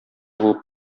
булып